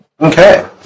Okay